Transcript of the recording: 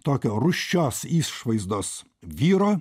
tokio rūsčios išvaizdos vyro